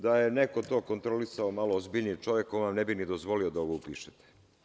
Da je neko to kontrolisao, malo ozbiljniji čovek on vam ne bi dozvolio da ovo upišete.